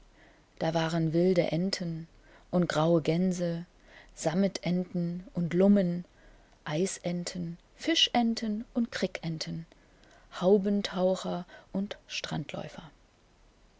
siefolgtengleichsameinemabgestecktenweg dawaren wilde enten und graue gänse sammetenten und lummen eisenten fischenten und krickenten haubentaucher und